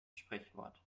sprichwort